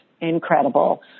incredible